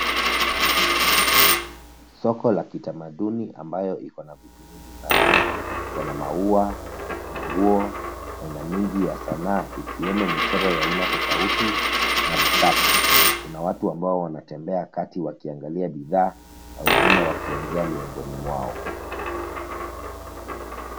Soko la kitamaduni ambayo ikona vitu vingi sana. Ikona maua, manguo, aina mingi ya sanaa ikiwemo michoro ya aina tofauti na vikapu. Kuna watu ambao wanatembea wakiangalia bidhaa na wengine wakiongea miongoni mwao.